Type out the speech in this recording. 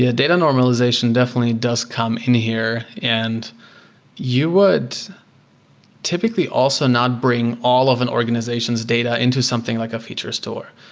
yeah data normalization definitely does come in here and you would typically also not bring all of an organization's data into something like a future store.